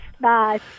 Bye